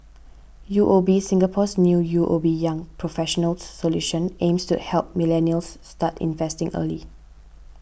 U O B Singapore's new U O B Young Professionals Solution aims to help millennials start investing early